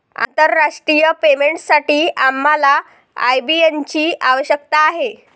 आंतरराष्ट्रीय पेमेंटसाठी आम्हाला आय.बी.एन ची आवश्यकता आहे